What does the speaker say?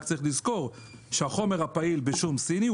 רק צריך לזכור שהחומר הפעיל בשום סיני,